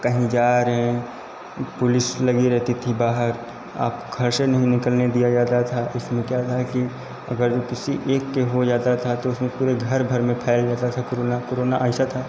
कहीं जा रहे हैं पुलिस लगी रहती थी बहार आप खर शे नहीं निकलने दिया जाता था उसमें क्या था कि अगर उ किसी एक के हो जाता था तो उसमें पुरे घर भर में फैल जाता था कोरोना कोरोना आइसा था